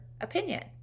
opinion